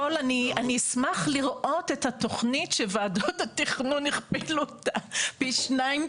כל אני אשמח לראות את התוכניות שוועדות התכנון הכפילו אותן פי שניים.